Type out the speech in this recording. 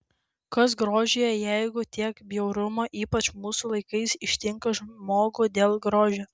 kas grožyje jeigu tiek bjaurumo ypač mūsų laikais ištinka žmogų dėl grožio